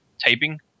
taping